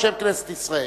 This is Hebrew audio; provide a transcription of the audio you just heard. בשם כנסת ישראל,